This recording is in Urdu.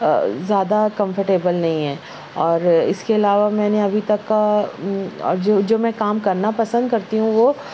زیادہ کمفٹیبل نہیں ہے اور اس کے علاوہ میں نے ابھی تک کا جو جو میں کام کرنا پسند کرتی ہوں وہ